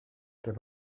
there